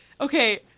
Okay